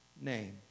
Name